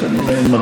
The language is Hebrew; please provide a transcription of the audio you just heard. ואם זה כך,